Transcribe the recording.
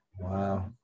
wow